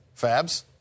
Fabs